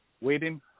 waiting